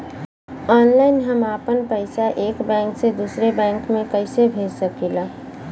Online हम आपन पैसा एक बैंक से दूसरे बैंक में कईसे भेज सकीला?